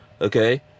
okay